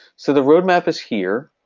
so the roadmap is here.